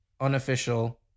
Unofficial